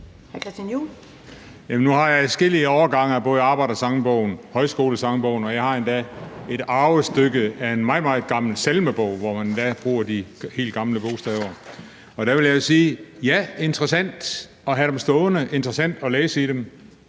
nu har jeg adskillige årgange af både Arbejdersangbogen og Højskolesangbogen, og jeg har endda et arvestykke, som er en meget, meget gammel salmebog, hvor man endda bruger de helt gamle bogstaver. Og der vil jeg sige, at ja, det er interessant at have dem stående, og det er interessant at læse i dem,